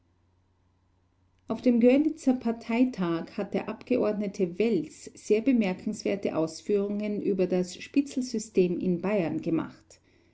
auf dem görlitzer parteitag hat der abgeordnete wels sehr bemerkenswerte ausführungen über das spitzelsystem in bayern gemacht